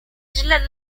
źle